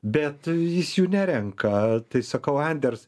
bet jis jų nerenka tai sakau anders